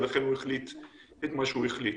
ולכן הוא החליט את מה שהוא החליט.